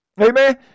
Amen